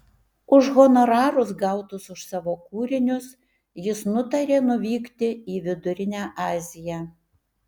už honorarus gautus už savo kūrinius jis nutarė nuvykti į vidurinę aziją